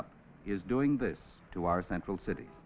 up is doing this to our central city